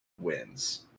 wins